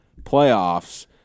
playoffs